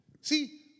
See